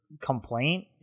complaint